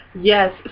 Yes